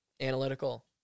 analytical